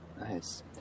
nice